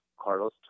Carlos